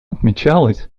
отмечалось